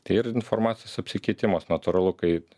ir informacijos apsikeitimas natūralu kai